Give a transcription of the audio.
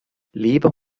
leber